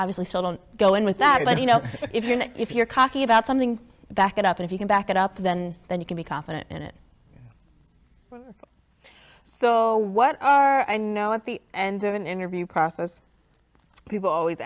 obviously still don't go in with that but you know if you're not if you're talking about something back it up if you can back it up then then you can be confident in it so what are i know at the end of an interview process people always